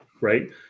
right